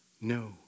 no